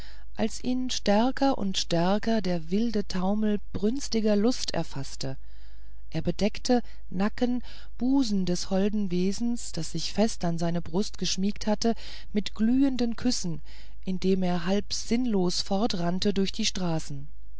als ihn stärker und stärker der wilde taumel brünstiger lust erfaßte er bedeckte nacken busen des holden wesens das sich fest an seine brust geschmiegt hatte mit glühenden küssen indem er halb sinnlos fortrannte durch die straßen